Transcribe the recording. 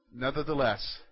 Nevertheless